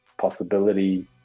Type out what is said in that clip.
possibility